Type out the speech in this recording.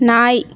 நாய்